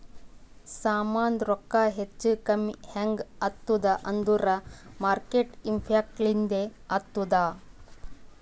ಸಾಮಾಂದು ರೊಕ್ಕಾ ಹೆಚ್ಚಾ ಕಮ್ಮಿ ಹ್ಯಾಂಗ್ ಆತ್ತುದ್ ಅಂದೂರ್ ಮಾರ್ಕೆಟ್ ಇಂಪ್ಯಾಕ್ಟ್ ಲಿಂದೆ ಆತ್ತುದ